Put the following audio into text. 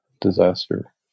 disaster